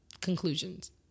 conclusions